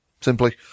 Simply